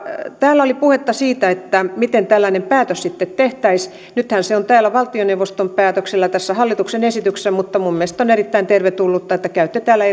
täällä oli puhetta siitä miten tällainen päätös sitten tehtäisiin nythän se on täällä valtioneuvoston päätöksellä tässä hallituksen esityksessä mutta minun mielestäni on erittäin tervetullutta että käytte täällä